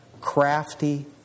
crafty